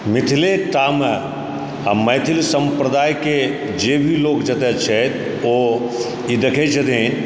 मिथिलेटामे आ मैथिल सम्प्रदायके जेभी लोक जतए छथि ओ ई देखै छथिन